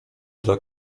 dla